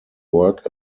work